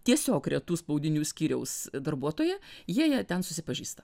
tiesiog retų spaudinių skyriaus darbuotoja jie jie ten susipažįsta